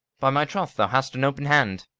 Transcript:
by my troth, thou hast an open hand.